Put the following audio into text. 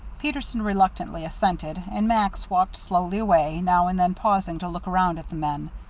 peterson reluctantly assented, and max walked slowly away, now and then pausing to look around at the men.